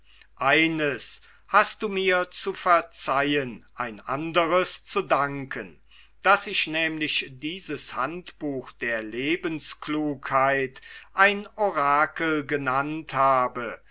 eines hast du mir zu verzeihen ein andres zu danken daß ich nämlich dieses handbuch der lebensklugheit ein orakel genannt habe